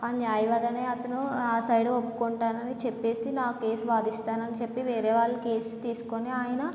ఆ న్యాయవాది అనే అతను నా సైడ్ ఒప్పుకుంటానని చెప్పేసి నా కేస్ వాదిస్తానని చెప్పి వేరే వాళ్ళ కేస్ తీసుకుని ఆయన